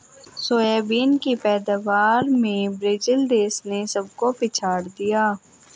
soybean की पैदावार में ब्राजील देश ने सबको पछाड़ दिया